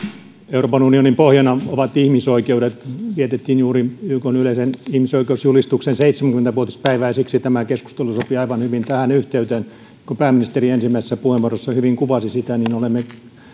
euroopan unionin pohjana ovat ihmisoikeudet vietettiin juuri ykn yleisen ihmisoikeusjulistuksen seitsemänkymmentä vuo tispäivää siksi tämä keskustelu sopii aivan hyvin tähän yhteyteen kuten pääministeri ensimmäisessä puheenvuorossaan hyvin kuvasi olemme